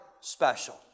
special